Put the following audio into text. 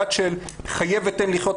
דת של חיה ותן לחיות,